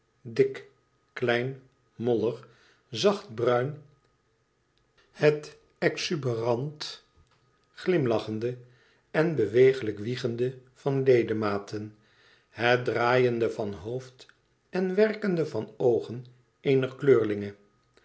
dik klein mollig zachtbruin het exuberant glimlachende en bewegelijk wiegende van ledematen het draaiende van hoofd en werkende van oogen eener